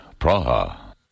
Praha